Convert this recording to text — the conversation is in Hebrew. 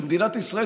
שמדינת ישראל,